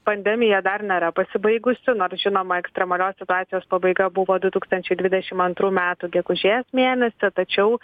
pandemija dar nėra pasibaigusi nors žinoma ekstremalios situacijos pabaiga buvo du tūkstančiai dvidešim antrų metų gegužės mėnesį tačiau